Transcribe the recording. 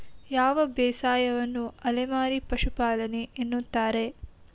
ಯಾವ ಬೇಸಾಯವನ್ನು ಅಲೆಮಾರಿ ಪಶುಪಾಲನೆ ಎನ್ನುತ್ತಾರೆ?